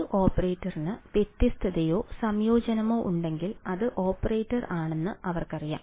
ഒരു ഓപ്പറേറ്റർക്ക് വ്യത്യസ്തതയോ സംയോജനമോ ഉണ്ടെങ്കിൽ അത് ഓപ്പറേറ്റർ ആണെന്ന് അവർക്കറിയാം